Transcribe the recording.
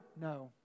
No